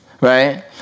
right